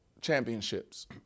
championships